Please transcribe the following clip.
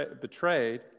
betrayed